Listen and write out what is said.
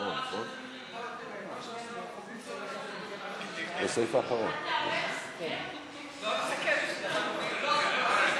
הכספים בדבר הסמכתה לקבוע גמלאות